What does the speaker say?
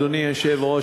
אדוני היושב-ראש,